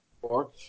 four